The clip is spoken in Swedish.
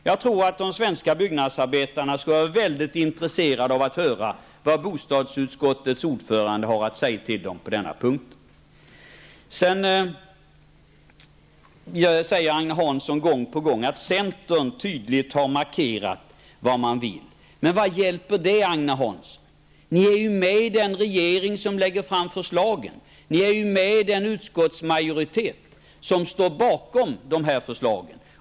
Jag tror att svenska byggnadsarbetare skulle vara väldigt intresserade av att få höra vad bostadsutskottets ordförande har att säga till dem på denna punkt. Agne Hansson säger gång på gång att centern tydligt har markerat vad man vill. Men vad hjälper det, Agne Hansson, när ni är med i en regering som lägger fram dessa förslag? Ni är med i den utskottsmajoritet som står bakom dessa förslag.